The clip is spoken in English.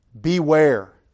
beware